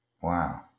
Wow